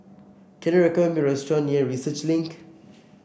can you recommend me a restaurant near Research Link